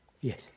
Yes